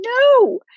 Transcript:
No